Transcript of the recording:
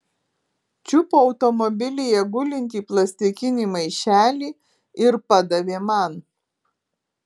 čiupo automobilyje gulintį plastikinį maišelį ir padavė man